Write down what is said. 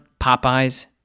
Popeye's